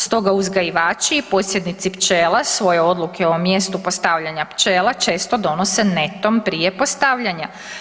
Stoga uzgajivači i posjednici pčela svoje odluke o mjestu postavljanja pčela često donose netom prije postavljanja.